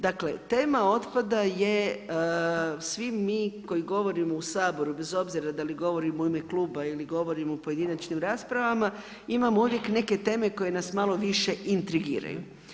Dakle tema otpada je svi mi koji govorimo u Saboru bez obzira da li govorimo u ime kluba ili govorimo u pojedinačnim raspravama imamo uvijek neke teme koje nas malo više intrigiraju.